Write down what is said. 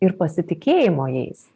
ir pasitikėjimo jais